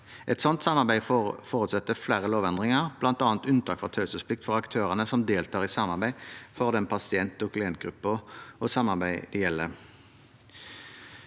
Et slikt samarbeid forutsetter flere lovendringer, bl.a. unntak fra taushetsplikt for aktørene som deltar i det samarbeidet, for den pasient- og klientgruppen samarbeidet gjelder.